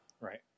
Right